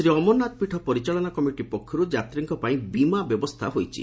ଶ୍ରୀ ଅମରନାଥ ପୀଠ ପରିଚାଳନା କମିଟି ପକ୍ଷରୁ ଯାତ୍ରୀଙ୍କ ପାଇଁ ବୀମା ବ୍ୟବସ୍ଥା ହୋଇଛି